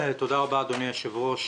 תודה רבה, אדוני היושב-ראש.